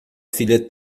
filha